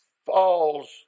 falls